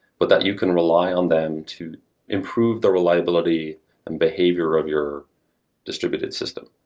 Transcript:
but that you can rely on them to improve the reliability and behavior of your distributed system.